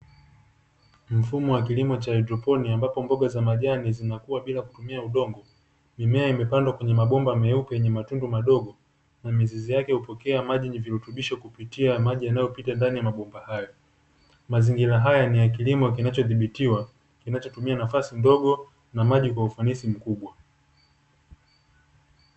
Mfumo wa kilimo cha haidroponi ambapo mboga za majani zinakuwa bila kutumia udongo, mimea imepandwa kwenye mabomba meupe yenye matundu madogo na mizizi yake hupokea maji na virutubisho kupitia maji yanayopita ndani ya mabomba hayo. Mazingira haya ni ya kilimo kinachodhibitiwa kinachotumia nafasi ndogo na maji kwa ufanisi mkubwa.